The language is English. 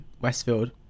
Westfield